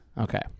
Okay